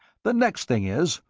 the next thing is,